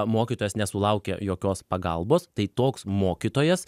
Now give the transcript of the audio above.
mokytojas nesulaukia jokios pagalbos tai toks mokytojas